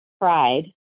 pride